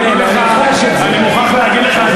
אני מוכרח להגיד לך,